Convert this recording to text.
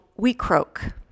WeCroak